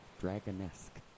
dragon-esque